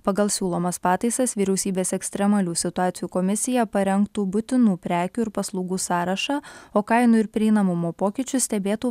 pagal siūlomas pataisas vyriausybės ekstremalių situacijų komisija parengtų būtinų prekių ir paslaugų sąrašą o kainų ir prieinamumo pokyčius stebėtų